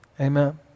Amen